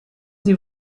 sie